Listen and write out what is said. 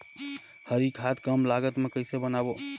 हरी खाद कम लागत मे कइसे बनाबो?